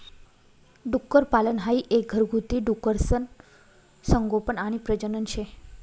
डुक्करपालन हाई एक घरगुती डुकरसनं संगोपन आणि प्रजनन शे